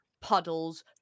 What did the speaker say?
puddles